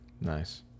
Nice